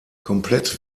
komplett